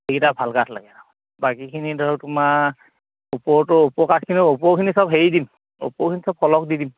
সেইকেইটা ভাল কাঠ লাগে আৰু বাকীখিনি ধৰক তোমাৰ ওপৰটো ওপৰ কাঠখিনি ওপৰখিনি সব হেৰি দিম ওপৰখিনি সব ফলক দি দিম